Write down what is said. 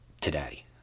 today